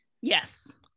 yes